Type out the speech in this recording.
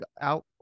out